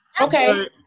Okay